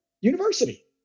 university